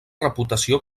reputació